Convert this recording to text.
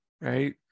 right